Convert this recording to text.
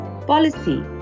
policy